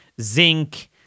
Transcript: zinc